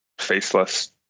faceless